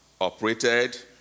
operated